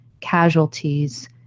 casualties